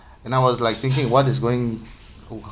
and I was like thinking what is going